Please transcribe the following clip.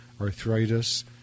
arthritis